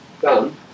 done